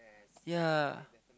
ya